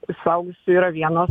suaugusių yra vienos